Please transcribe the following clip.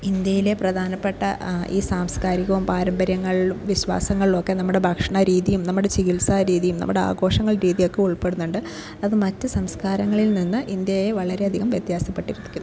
ഇന്ത്യയിലെ പ്രധാനപ്പെട്ട ഈ സാംസ്കാരികവും പാരമ്പര്യങ്ങളിലും വിശ്വാസങ്ങളിലൊക്കെ നമ്മുടെ ഭക്ഷണരീതിയും നമ്മുടെ ചികിത്സാരീതിയും നമ്മുടെ ആഘോഷങ്ങൾ രീതിയൊക്കെ ഉൾപ്പെടുന്നുണ്ട് അത് മറ്റ് സംസ്കാരങ്ങളിൽ നിന്ന് ഇന്ത്യയെ വളരെയധികം വ്യത്യാസപ്പെട്ടിരിക്കുന്നു